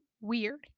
weird